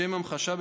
לשם המחשה,